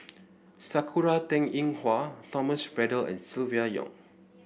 Sakura Teng Ying Hua Thomas Braddell and Silvia Yong